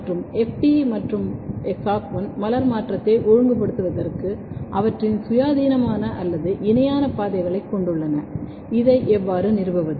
மற்றும் FT மற்றும் SOC1 மலர் மாற்றத்தை ஒழுங்குபடுத்துவதற்கு அவற்றின் சுயாதீனமான அல்லது இணையான பாதைகளைக் கொண்டுள்ளன இதை எவ்வாறு நிறுவுவது